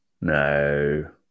No